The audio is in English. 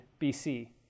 BC